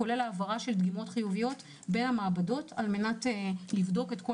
כולל העבירה של דגימות חיוביות במעבדות כדי לבדוק את כל